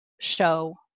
show